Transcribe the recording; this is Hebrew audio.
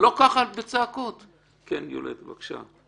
מה לעשות, אם היא --- אותי, אז אני אענה.